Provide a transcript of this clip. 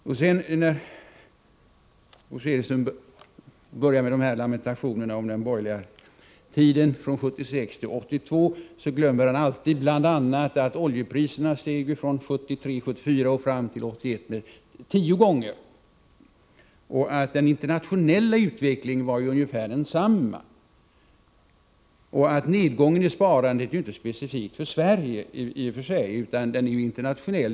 När sedan Bo Södersten börjar med lamentationerna om den borgerliga tiden från 1976-1982 glömmer han alltid bl.a. att oljepriserna steg tio gånger från 1973/74 fram till 1981 och att den internationella utvecklingen var ungefär densamma som den svenska. Han glömmer vidare att nedgången i sparandet inte är specifik för Sverige utan att den är internationell.